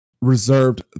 reserved